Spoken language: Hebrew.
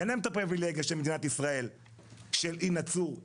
ואין להם את הפריבילגיה של מדינת ישראל של אי נצור,